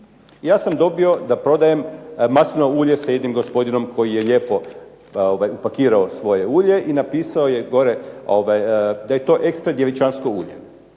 Ja sam dobio da prodajem maslinovo ulje sa jednim gospodinom koji je lijepo upakirao svoje ulje i napisao je gore da je to ekstra djevičansko ulje.